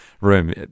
room